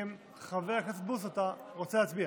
חבר הכנסת בוסו, אתה רוצה להצביע?